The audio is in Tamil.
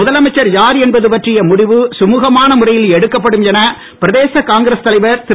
முதலமைச்சர் யார் என்பது பற்றிய முடிவு சுமுகமான முறையில் எடுக்கப்படும் என பிரதேச காங்கிரஸ் தலைவர் திரு